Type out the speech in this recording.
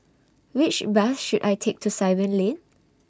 Which Bus should I Take to Simon Lane